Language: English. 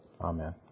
Amen